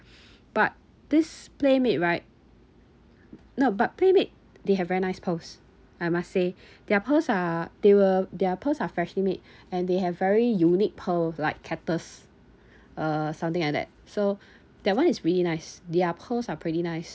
but this Playmade right no but Playmade they have very nice pearls I must say their pearls are they were their pearls are freshly made and they have very unique pearl like cactus uh something like that so that one is really nice their pearls are pretty nice